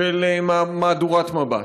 של מהדורת מבט.